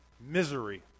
misery